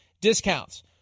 discounts